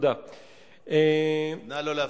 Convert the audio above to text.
נא לא להפריע.